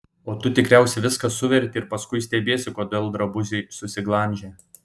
o tu tikriausiai viską suverti ir paskui stebiesi kodėl drabužiai susiglamžę